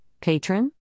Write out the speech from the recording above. Patron